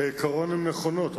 כעיקרון הן נכונות.